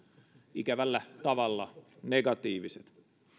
ikävällä tavalla negatiiviset